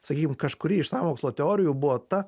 sakykim kažkuri iš sąmokslo teorijų buvo ta